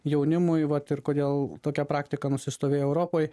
jaunimui vat ir kodėl tokia praktika nusistovėjo europoj